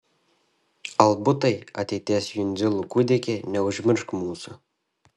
albutai ateities jundzilų kūdiki neužmiršk mūsų